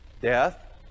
death